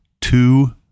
two